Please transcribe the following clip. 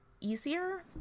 easier